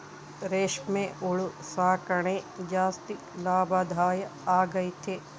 ರೇಷ್ಮೆ ಹುಳು ಸಾಕಣೆ ಜಾಸ್ತಿ ಲಾಭದಾಯ ಆಗೈತೆ